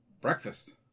Breakfast